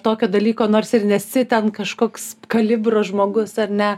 tokio dalyko nors ir nesi ten kažkoks kalibro žmogus ar ne